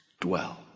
dwell